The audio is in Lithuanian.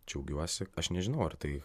džiaugiuosi aš nežinau ar tai